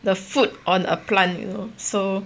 the food on a plant you know so